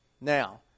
Now